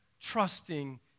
trusting